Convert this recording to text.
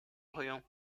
orient